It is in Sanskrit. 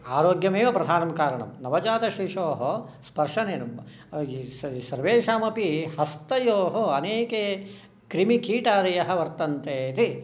आरोग्यमेव प्रधानं कारणं नवजातशिशोः स्पर्शनेन सर्वेषाम् अपि हस्तयोः अनेके क्रिमिकीटादयः वर्तन्ते इति